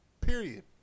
Period